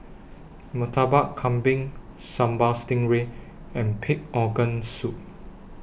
Murtabak Kambing Sambal Stingray and Pig Organ Soup